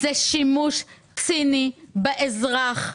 זה שימוש ציני באזרח,